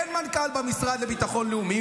אין מנכ"ל במשרד לביטחון לאומי,